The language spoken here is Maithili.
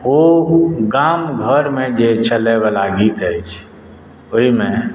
ओ गाम घरमे जे चलयवला गीत अछि ओहिमे